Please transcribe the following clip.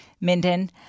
Minden